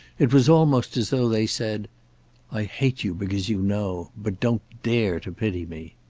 it was almost as though they said i hate you because you know. but don't dare to pity me.